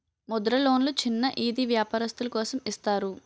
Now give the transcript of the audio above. ముద్ర లోన్లు చిన్న ఈది వ్యాపారస్తులు కోసం ఇస్తారు